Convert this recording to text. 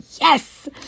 Yes